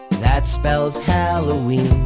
that spells halloween.